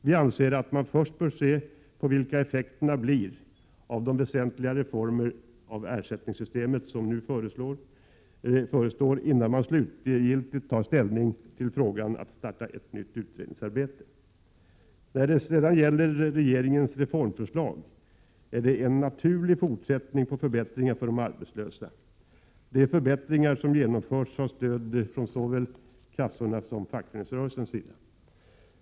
Vi anser att man först bör se på vilka effekterna blir av de väsentliga reformer av ersättningssystemet som nu förestår, innan man slutgiltigt tar ställning till frågan om att starta ett nytt utredningsarbete. När det sedan gäller regeringens reformförslag är det en naturlig fortsättning på förbättringar för de arbetslösa. De förbättringar som genomförs har stöd från såväl kassornas som fackföreningsrörelsens sida.